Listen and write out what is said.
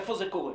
איפה זה קורה?